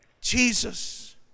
Jesus